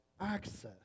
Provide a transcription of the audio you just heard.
access